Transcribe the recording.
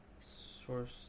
Source